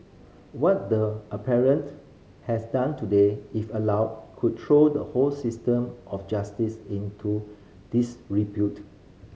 what the appellant has done today if allowed could throw the whole system of justice into disrepute